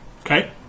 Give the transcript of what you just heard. Okay